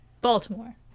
Baltimore